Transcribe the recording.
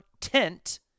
tent